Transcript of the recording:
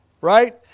Right